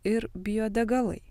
ir biodegalai